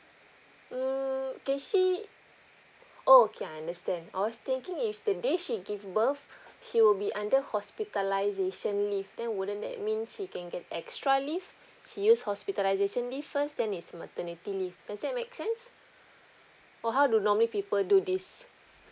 mm can she oh okay I understand I was thinking if the day she gave birth she will be under hospitalisation leave then wouldn't that mean she can get extra leave she use hospitalisation leave first then it's maternity leave does that make sense or how do normally people do this